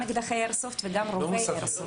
כי יש גם אקדחי איירסופט וגם רובי איירסופט.